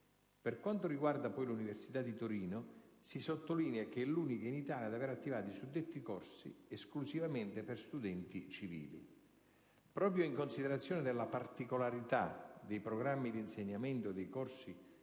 Per quanto riguarda l'università di Torino, si sottolinea che è l'unica in Italia ad aver attivato i suddetti corsi esclusivamente per studenti civili. Proprio in considerazione della particolarità dei programmi di insegnamento dei corsi di